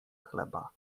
chleba